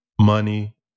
money